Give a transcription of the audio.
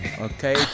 Okay